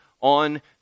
on